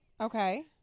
Okay